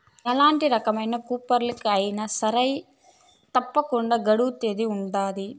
ఎలాంటి రకమైన కూపన్లకి అయినా సరే తప్పకుండా గడువు తేదీ ఉంటది